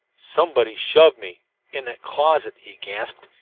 somebody shoved me in that closet, he gasped,